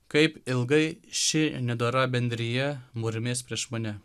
kaip ilgai ši nedora bendrija murmės prieš mane